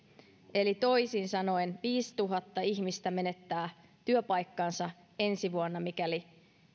eli toisin sanoen viisituhatta ihmistä menettää työpaikkansa ensi vuonna mikäli